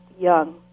young